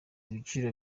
ibiciro